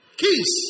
kiss